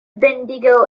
bendigo